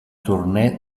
tournée